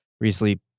Recently